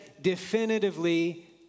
definitively